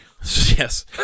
Yes